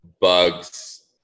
bugs